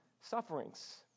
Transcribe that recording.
sufferings